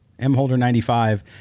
mholder95